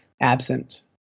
absent